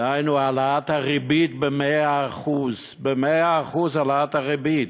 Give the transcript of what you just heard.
דהיינו העלאת הריבית ב-100%; ב-100% העלאת הריבית,